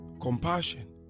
compassion